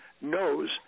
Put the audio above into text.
knows